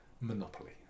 monopoly